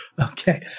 Okay